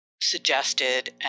suggested